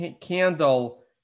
candle